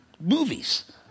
movies